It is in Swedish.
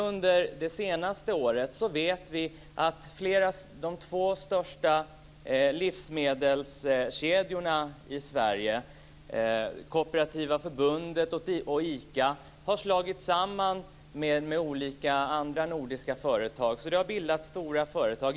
Under det senaste året har de två största livsmedelskedjorna i Sverige, Kooperativa Förbundet och ICA, slagits samman med olika andra nordiska företag så att det har bildats stora företag.